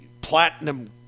platinum